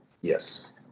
Yes